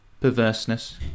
perverseness